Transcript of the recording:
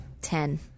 Ten